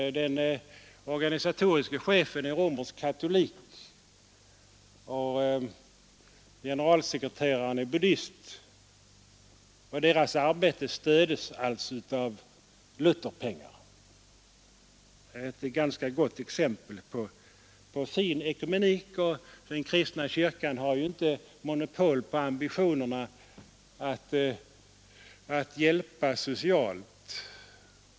Den organisatoriske chefen är romersk katolik och generalsekreteraren är buddist, och deras arbete stöds alltså av Lutherpengar. Det är ett ganska gott exempel på fin ekumenik, och den kristna kyrkan har ju inte monopol på ambitionerna att hjälpa socialt.